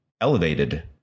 elevated